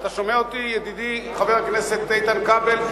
אתה שומע אותי, ידידי חבר הכנסת איתן כבל?